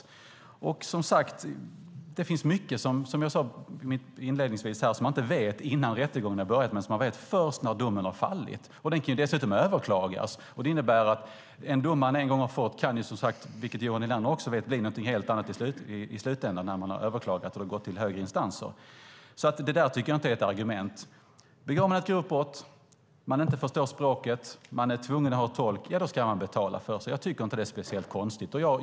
Som jag sade inledningsvis finns det mycket som man inte vet innan rättegången har börjat utan först när domen har fallit. Den kan dessutom överklagas, och det innebär att en dom man en gång har fått kan bli någonting helt annat i slutändan när man har överklagat och det har gått till högre instanser, vilket Johan Linander också vet. Jag tycker inte att det är ett argument som håller. Begår man ett grovt brott, förstår man inte språket och är man tvungen att ha tolk ska man betala för sig. Jag tycker inte att det är speciellt konstigt.